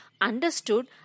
understood